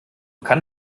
kann